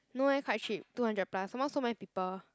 no eh quite cheap two hundred plus some more so many people